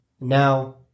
Now